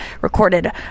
recorded